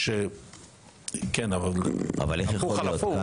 אבל איך יכול להיות?